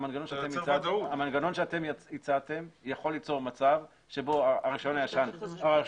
המנגנון שאתם הצעתם יכול ליצור מצב בו הרישיון